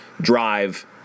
drive